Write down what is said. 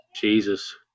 Jesus